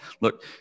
look